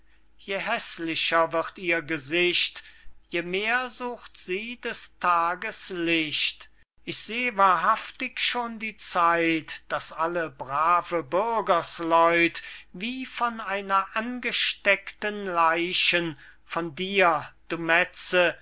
je häßlicher wird ihr gesicht je mehr sucht sie des tageslicht ich seh wahrhaftig schon die zeit daß alle brave bürgersleut wie von einer angesteckten leichen von dir du